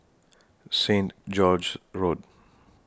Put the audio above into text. Saint George's Road